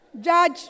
judge